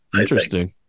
Interesting